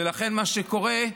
ולכן מה שקורה,